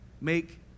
make